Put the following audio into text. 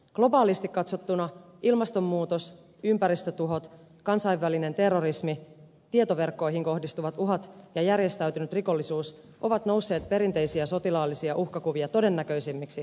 globaalisti katsottuna ilmastonmuutos ympäristötuhot kansainvälinen terrorismi tietoverkkoihin kohdistuvat uhat ja järjestäytynyt rikollisuus ovat nousseet perinteisiä sotilaallisia uhkakuvia todennäköisemmiksi turvallisuusuhkiksi